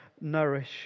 nourish